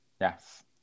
yes